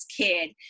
kid